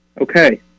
Okay